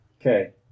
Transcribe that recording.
Okay